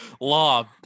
law